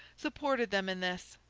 supported them in this,